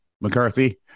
McCarthy